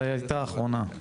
מתי היתה האחרונה?